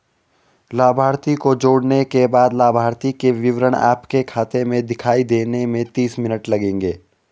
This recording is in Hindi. लाभार्थी को जोड़ने के बाद लाभार्थी के विवरण आपके खाते में दिखाई देने में तीस मिनट लगेंगे